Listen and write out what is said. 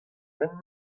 hent